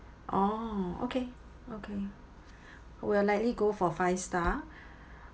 oh okay okay we'll likely go for five star